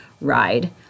ride